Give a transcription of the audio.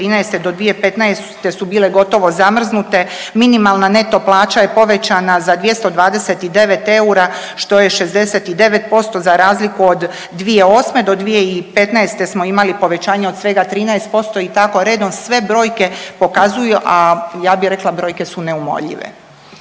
do 2015. su bile gotovo zamrznute. Minimalna neto plaća je povećana za 229 eura što je 69% za razliku od 2008. do 2015. smo imali povećanje od svega 13%. I tako redom sve brojke pokazuju, a ja bi rekla brojke su neumoljive.